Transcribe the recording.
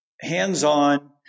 hands-on